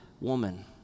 woman